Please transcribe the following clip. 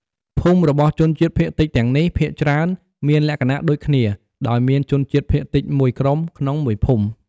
ភូមិរបស់ជនជាតិភាគតិចទាំងនេះ ភាគច្រើនមានលក្ខណៈដូចគ្នា ដោយមានជនជាតិភាគតិចមួយក្រុមក្នុងមួយភូមិ។